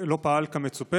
לא פעל כמצופה.